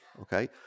okay